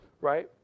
right